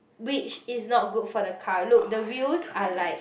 which is not good for the car look the wheels are like